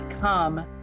come